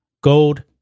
Gold